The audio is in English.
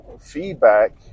feedback